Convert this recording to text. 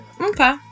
Okay